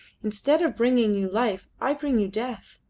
instead of bringing you life i bring you death,